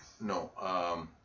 No